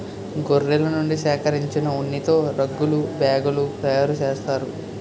గొర్రెల నుండి సేకరించిన ఉన్నితో రగ్గులు బ్యాగులు తయారు చేస్తారు